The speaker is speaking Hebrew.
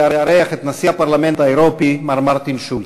לארח את נשיא הפרלמנט האירופי מר מרטין שולץ.